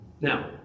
Now